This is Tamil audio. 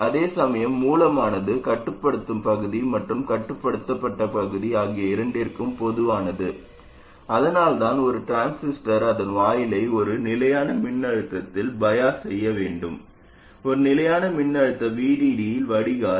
அதேசமயம் மூலமானது கட்டுப்படுத்தும் பகுதி மற்றும் கட்டுப்படுத்தப்பட்ட பகுதி ஆகிய இரண்டிற்கும் பொதுவானது அதனால்தான் ஒரு டிரான்சிஸ்டர் அதன் வாயிலை ஒரு நிலையான மின்னழுத்தத்தில் பயாஸ் செய்ய வேண்டும் ஒரு நிலையான மின்னழுத்த VDD இல் வடிகால்